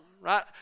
right